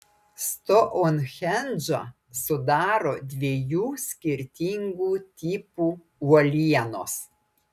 stounhendžą sudaro dviejų skirtingų tipų uolienos